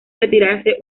retirarse